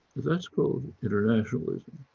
that's called internationalism.